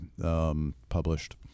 published